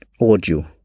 audio